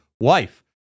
wife